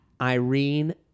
Irene